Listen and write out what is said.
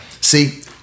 see